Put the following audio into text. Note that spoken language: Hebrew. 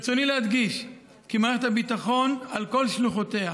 ברצוני להדגיש כי מערכת הביטחון, על כל שלוחותיה,